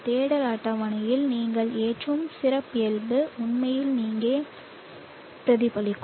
தேடல் அட்டவணையில் நீங்கள் ஏற்றும் சிறப்பியல்பு உண்மையில் இங்கே பிரதிபலிக்கும்